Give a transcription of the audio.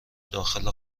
داخل